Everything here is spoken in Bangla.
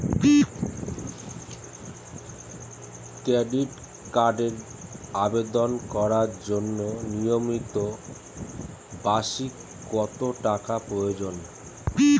ক্রেডিট কার্ডের আবেদন করার জন্য ন্যূনতম বার্ষিক কত টাকা প্রয়োজন?